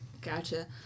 Gotcha